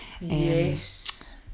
Yes